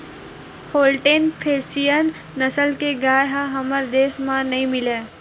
Holstein Friesian नसल के गाय ह हमर देस म नइ मिलय